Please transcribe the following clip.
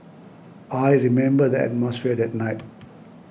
I remember the atmosphere that night